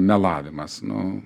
melavimas nu